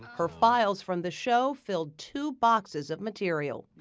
her files from the show filled two boxes of material.